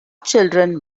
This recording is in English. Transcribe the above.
children